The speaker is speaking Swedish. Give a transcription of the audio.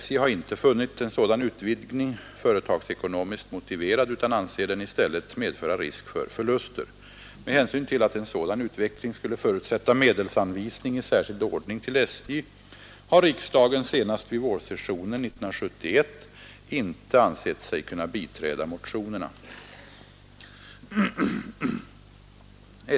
SJ har inte funnit en sådan utvidgning företagsekonomiskt motiverad utan anser den i stället medföra risk för förluster. Med hänsyn till att en sådan utveckling skulle förutsätta medelsanvisning i särskild ordning till SJ har riksdagen, senast vid vårsessionen 1971, inte ansett sig kunna biträda motionerna.